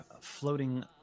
floating